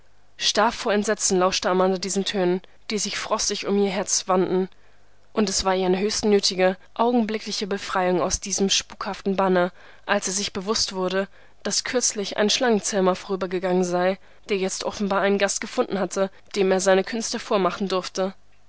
starr vor entsetzen lauschte amanda diesen tönen die sich frostig um ihr herz wanden und es war ihr eine höchst nötige augenblickliche befreiung aus diesem spukhaften banne als sie sich bewußt wurde daß kürzlich ein schlangenzähmer vorübergegangen sei der jetzt offenbar einen gast gefunden hatte dem er seine künste vormachen durfte